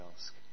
ask